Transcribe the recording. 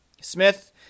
smith